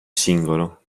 singolo